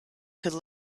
could